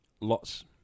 lots